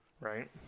right